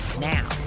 Now